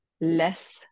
less